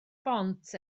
bont